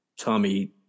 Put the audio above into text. Tommy